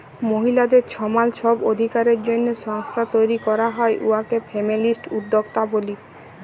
মহিলাদের ছমাল ছব অধিকারের জ্যনহে সংস্থা তৈরি ক্যরা হ্যয় উয়াকে ফেমিলিস্ট উদ্যক্তা ব্যলি